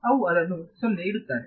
ಅವು ಅದನ್ನು 0 ಇಡುತ್ತಾರೆ